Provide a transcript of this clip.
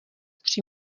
tři